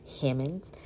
Hammond